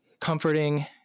comforting